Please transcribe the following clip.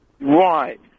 Right